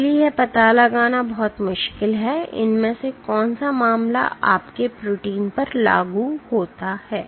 इसलिए यह पता लगाना बहुत मुश्किल है कि इनमें से कौन सा मामला आपके प्रोटीन पर लागू होता है